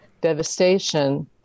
Devastation